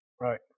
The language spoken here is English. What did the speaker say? Right